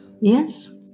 Yes